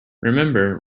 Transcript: remember